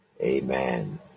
amen